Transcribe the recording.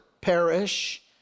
perish